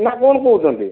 ନା କଣ କହୁଛନ୍ତି